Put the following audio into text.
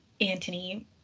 Antony